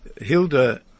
Hilda